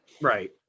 Right